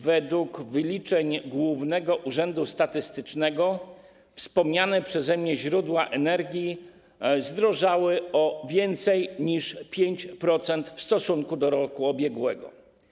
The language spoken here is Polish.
Według wyliczeń Głównego Urzędu Statystycznego wspomniane przeze mnie źródła energii zdrożały o więcej niż 5% w stosunku do roku ubiegłego.